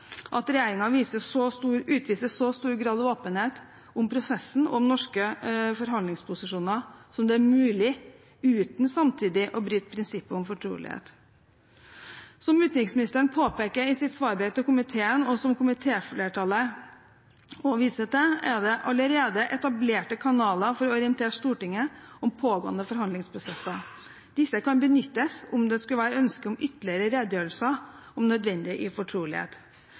at regjeringen utviser så stor grad av åpenhet om prosessen, og om norske forhandlingsposisjoner, som det er mulig å gjøre uten samtidig å bryte prinsippet om fortrolighet. Som utenriksministeren påpeker i sitt svarbrev til komiteen, og som komitéflertallet også viser til, finnes det allerede etablerte kanaler for å orientere Stortinget om pågående forhandlingsprosesser. Disse kan benyttes om det skulle være ønske om ytterligere redegjørelser, om nødvendig i fortrolighet.